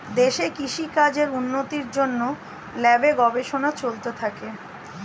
দেশে কৃষি কাজের উন্নতির জন্যে ল্যাবে গবেষণা চলতে থাকে